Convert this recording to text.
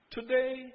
Today